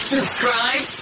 Subscribe